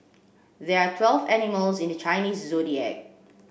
there are twelve animals in the Chinese Zodiac